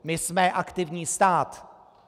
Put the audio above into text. My jsme aktivní stát.